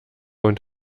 und